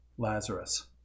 Lazarus